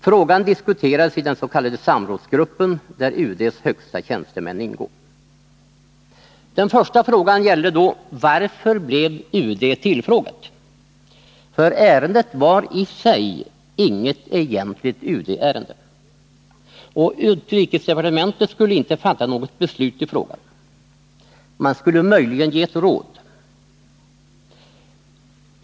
Frågan diskuterades i den s.k. samrådsgruppen där UD:s högsta tjänstemän ingår. Den första frågan gällde anledningen till att UD blev tillfrågat, ty ärendet var i sig inget egentligt UD-ärende. Och UD skulle inte fatta något beslut i frågan. Man skulle möjligen ge ett råd.